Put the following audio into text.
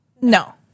No